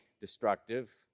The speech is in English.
destructive